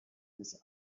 his